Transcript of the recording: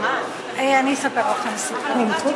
ואחריו,